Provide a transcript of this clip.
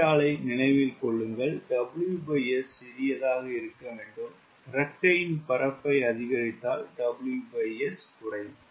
Vstall ஐ நினைவில் கொள்ளுங்கள் WS சிறியதாக இருக்க வேண்டும் இறக்கையின் பரப்பை அதிகரித்தால் WS குறையும்